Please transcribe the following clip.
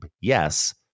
Yes